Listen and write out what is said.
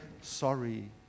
sorry